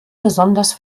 besonders